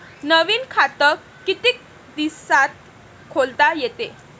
नवीन खात कितीक दिसात खोलता येते?